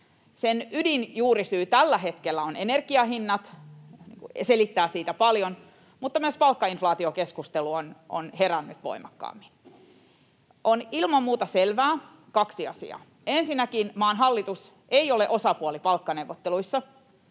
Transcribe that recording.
ydin‑ tai juurisyy tällä hetkellä on energian hinnat, ne selittävät siitä paljon, mutta myös palkkainflaatiokeskustelu on herännyt voimakkaammin. On ilman muuta selvää kaksi asiaa: Ensinnäkin maan hallitus ei ole osapuoli palkkaneuvotteluissa.